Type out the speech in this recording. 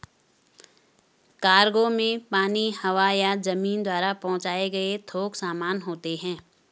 cargo में पानी, हवा या जमीन द्वारा पहुंचाए गए थोक सामान होते हैं